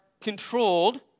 controlled